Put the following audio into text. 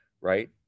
right